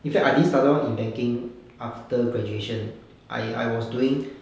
in fact I started off in banking after graduation I I was doing